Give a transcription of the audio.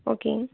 ஓகேங்க